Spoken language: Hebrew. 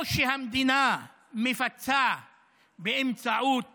או שהמדינה מפצה באמצעות